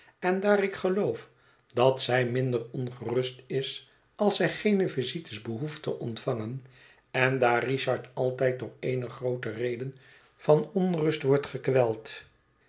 en daarik geloof dat zij minder ongerust is als zij geene visites behoeft te ontvangen en daar richard altijd door ééne groote reden van onrust wordt gekweld